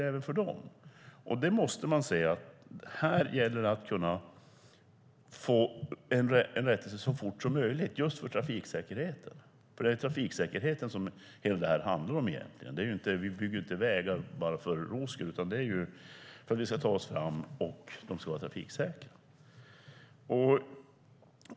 Man måste kunna få till en rättelse så fort som möjligt, just för trafiksäkerheten. För det är trafiksäkerheten som detta handlar om. Vi bygger ju inte vägar bara för nöjes skull, utan det är för att vi ska kunna ta oss fram, och de ska vara trafiksäkra.